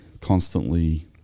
constantly